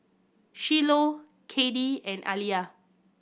Shiloh Caddie and Aliya